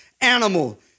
animal